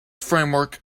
framework